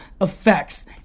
effects